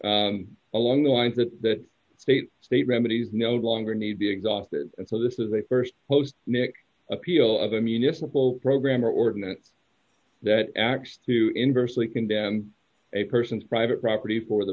along the lines that that state state remedies no longer need be exhausted so this is a st post nick appeal of a municipal program or ordinance that acts to inversely condemn a person's private property for the